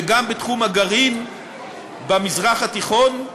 וגם בתחום הגרעין במזרח התיכון.